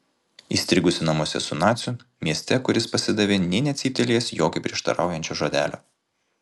įstrigusi namuose su naciu mieste kuris pasidavė nė necyptelėjęs jokio prieštaraujančio žodelio